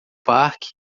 parque